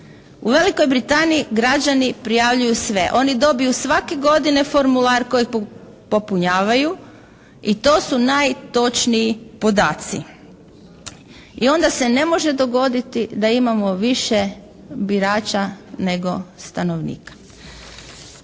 U Velikoj Britaniji građani prijavljuju sve. Oni dobiju svake godine formular kojeg popunjavaju i to su najtočniji podaci i onda se ne može dogoditi da imamo više birača nego stanovnika.